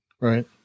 Right